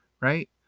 right